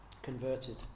converted